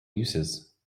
uses